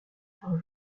par